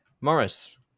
Morris